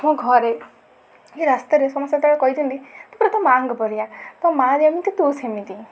ମୁଁ ଘରେ ରାସ୍ତାରେ ସମସ୍ତେ ଯେତେବେଳେ କହିଦିଅନ୍ତି ତୁ ତୋ ମାଆଙ୍କ ପରିକା ତୋ ମାଆ ଯେମିତି ତୁ ସେମିତି